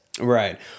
Right